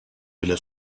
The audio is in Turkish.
bile